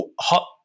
hot